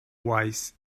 wise